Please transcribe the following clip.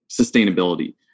sustainability